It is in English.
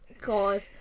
God